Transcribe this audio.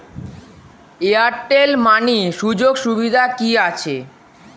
Airtel money সুযোগ সুবিধা কি আছে?